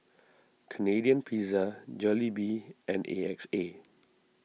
Canadian Pizza Jollibee and A X A